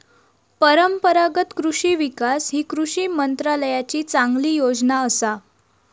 परंपरागत कृषि विकास ही कृषी मंत्रालयाची चांगली योजना असा